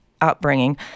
upbringing